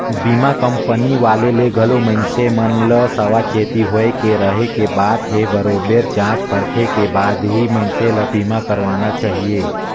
बीमा कंपनी वाले ले घलो मइनसे मन ल सावाचेती होय के रहें के बात हे बरोबेर जॉच परखे के बाद ही मइनसे ल बीमा करवाना चाहिये